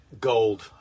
Gold